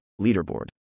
Leaderboard